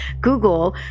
Google